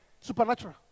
Supernatural